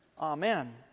Amen